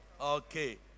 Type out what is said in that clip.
Okay